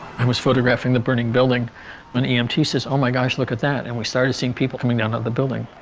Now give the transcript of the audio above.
i was photographing the burning building when um emt says oh my gosh. look at that, and we started seeing people coming down at the building